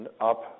up